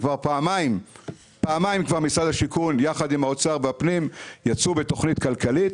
כבר פעמיים משרד השיכון יחד עם משרדי האוצר והפנים יצאו בתוכנית כלכלית,